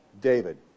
David